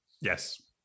Yes